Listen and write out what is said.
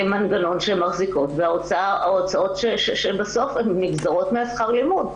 המנגנון שהן מחזיקות וההוצאות שבסוף נגזרות משכר הלימוד,